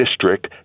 district